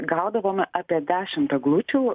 gaudavome apie dešimt eglučių